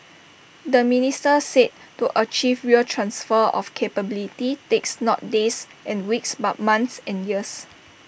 the minister said to achieve real transfer of capability takes not days and weeks but months and years